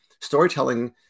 storytelling